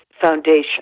foundation